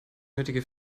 nötige